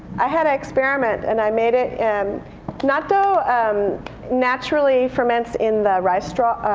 i had an experiment, and i made it and natto um naturally ferments in the rice straw.